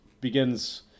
begins